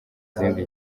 izindi